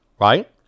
right